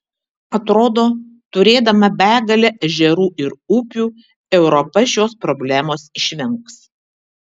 atrodo turėdama begalę ežerų ir upių europa šios problemos išvengs